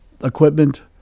equipment